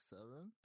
Seven